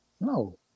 No